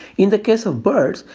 in the case of birds,